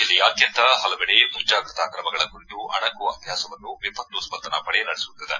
ಜಿಲ್ಲೆಯಾದ್ಯಂತ ಹಲವೆಡೆ ಮುಂಜಾಗ್ರತಾ ಕ್ರಮಗಳ ಕುರಿತು ಅಣಕು ಅಭ್ಯಾಸವನ್ನು ವಿಪತ್ತು ಸ್ಪಂದನಾ ಪಡೆ ನಡೆಸುತ್ತಿದೆ